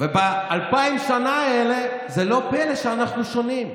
ובאלפיים שנה האלה, זה לא פלא שאנחנו שונים.